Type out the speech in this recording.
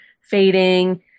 fading